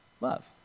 love